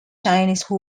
chinese